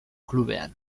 klubean